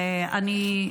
ואני,